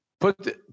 put